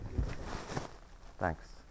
Thanks